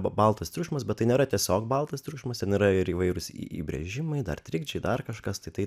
baltas triukšmas bet tai nėra tiesiog baltas triukšmas ten yra ir įvairūs įbrėžimai dar trikdžiai dar kažkas tai